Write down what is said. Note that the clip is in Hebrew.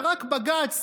ורק בג"ץ